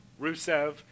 Rusev